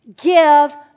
give